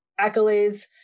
accolades